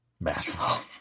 basketball